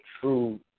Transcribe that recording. true